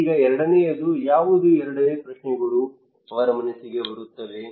ಈಗ ಎರಡನೆಯದು ಯಾವುದು ಎರಡೇ ಪ್ರಶ್ನೆಗಳು ಅವರ ಮನಸ್ಸಿಗೆ ಬರುತ್ತವೆ